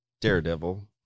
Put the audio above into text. Daredevil